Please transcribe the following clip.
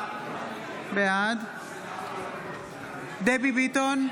בעד דבי ביטון,